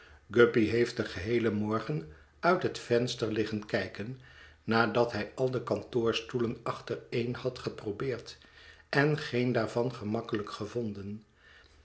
guppy heeft den geheelen morgen uit het venster liggen kijken nadat hij al de kantoorstoelen achtereen had geprobeerd en geen daarvan gemakkelijk gevonden